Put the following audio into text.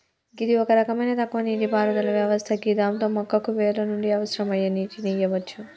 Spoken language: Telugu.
గిది ఒక రకమైన తక్కువ నీటిపారుదల వ్యవస్థ గిదాంతో మొక్కకు వేర్ల నుండి అవసరమయ్యే నీటిని ఇయ్యవచ్చు